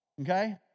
Okay